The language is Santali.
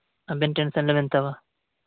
ᱟᱵᱮᱱ ᱴᱮᱱᱥᱮᱱ ᱟᱞᱚᱵᱮᱱ ᱦᱟᱛᱟᱣᱟ